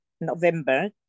November